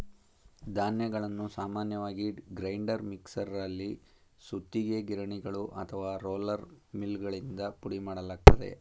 ಧಾನ್ಯವನ್ನು ಸಾಮಾನ್ಯವಾಗಿ ಗ್ರೈಂಡರ್ ಮಿಕ್ಸರಲ್ಲಿ ಸುತ್ತಿಗೆ ಗಿರಣಿಗಳು ಅಥವಾ ರೋಲರ್ ಮಿಲ್ಗಳಿಂದ ಪುಡಿಮಾಡಲಾಗ್ತದೆ